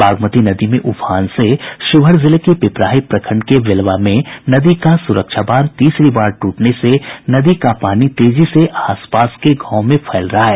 बागमती नदी में उफान से शिवहर जिले के पिपराही प्रखंड के बेलवा में नदी का सुरक्षा बांध तीसरी बार टूटने से नदी का पानी तेजी से आसपास के गांवों में फैल रहा है